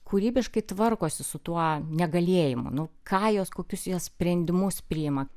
kūrybiškai tvarkosi su tuo negalėjimu nu ką jos kokius sprendimus priima